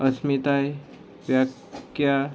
अस्मिताय व्याख्या